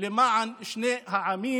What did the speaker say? למען שני העמים: